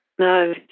No